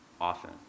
often